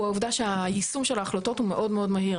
הוא העובדה שהיישום של ההחלטות הוא מאוד מאוד מהיר.